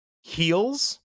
Heels